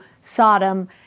Sodom